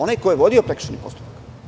Onaj ko je vodio prekršajni postupak.